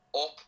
up